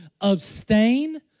abstain